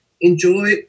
enjoy